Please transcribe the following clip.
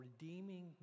redeeming